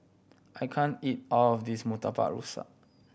I can't eat all of this Murtabak Rusa